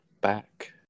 back